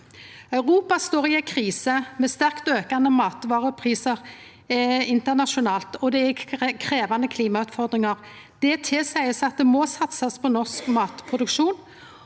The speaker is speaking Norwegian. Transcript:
Europa står i ei krise med sterkt aukande matvareprisar internasjonalt, og det er krevjande klimautfordringar. Det tilseier at det må satsast på norsk matproduksjon.